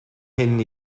hyn